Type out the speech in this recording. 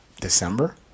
December